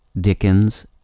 Dickens